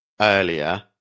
earlier